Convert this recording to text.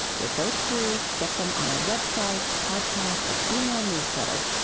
they're both free. get them on our web site, podcast, and ah e-mail newsletter,